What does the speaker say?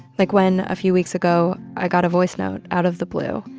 like when a few weeks ago, i got a voice note out of the blue,